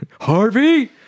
harvey